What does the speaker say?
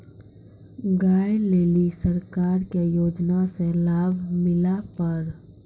गाय ले ली सरकार के योजना से लाभ मिला पर?